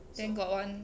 then got one